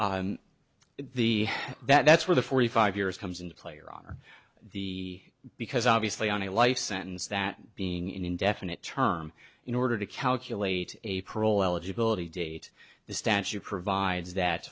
for the that's where the forty five years comes into play or the because obviously on a life sentence that being an indefinite term in order to calculate a parole eligibility date the statute provides that